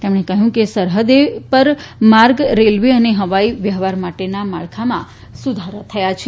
તેમણે કહ્યું કે સરહદે ર માર્ગ રેલવે અને હવાઇ વ્યવહાર માટેનાં માળખામાં સુધારો થયો છે